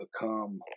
become